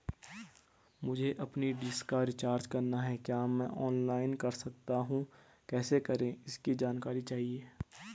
मुझे अपनी डिश का रिचार्ज करना है क्या मैं ऑनलाइन कर सकता हूँ कैसे करें इसकी जानकारी चाहिए?